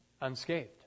unscathed